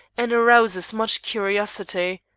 and arouses much curiosity.